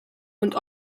und